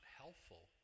helpful